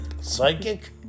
Psychic